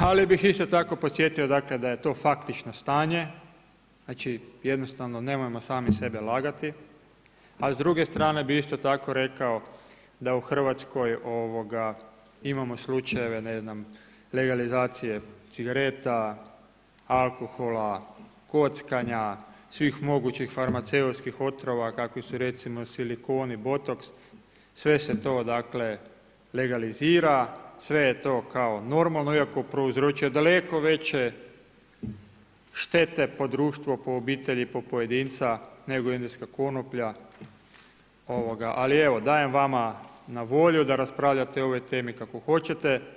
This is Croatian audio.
ali bih isto tako podsjetio da je to faktično stanje, znači jednostavno nemojmo sami sebe lagati, a s druge strane bih isto tako rekao da u Hrvatskoj imamo slučajeve ne znam, legalizacije cigareta, alkohola, kockanja, svih mogućih farmaceutskih otrova kakvi su recimo silikoni, botoks, sve se to dakle legalizira, sve je to kao normalno, iako prouzročuje daleko veće štete po društvo, po obitelji, po pojedinca nego indijska konoplja, ali dajem vama na volju da raspravljate o ovoj temi kako hoćete.